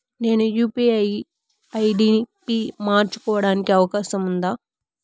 నేను UPI ID పి మార్చుకోవడానికి అవకాశం ఉందా?